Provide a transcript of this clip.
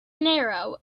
narrow